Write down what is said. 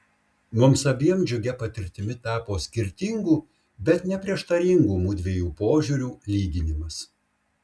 mums abiem džiugia patirtimi tapo skirtingų bet ne prieštaringų mudviejų požiūrių lyginimas